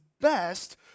best